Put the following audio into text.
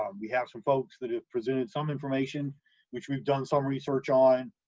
um we have some folks that have presented some information which we've done some research on,